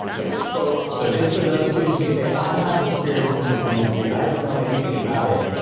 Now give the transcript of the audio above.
yes. so, so just for those students who say, i'm not experienced in this industry, i don't know anything about it,